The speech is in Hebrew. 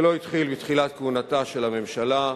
זה לא התחיל בתחילת כהונתה של הממשלה,